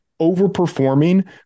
overperforming